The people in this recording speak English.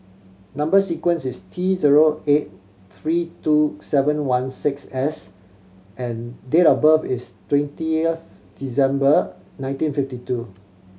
number sequence is T zero eight three two seven one six S and date of birth is twentieth December nineteen fifty two